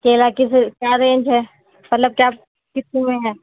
केला किस क्या रेन्ज है मतलब क्या कितने में है